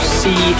see